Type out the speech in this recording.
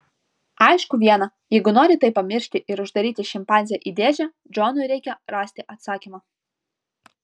aišku viena jeigu nori tai pamiršti ir uždaryti šimpanzę į dėžę džonui reikia rasti atsakymą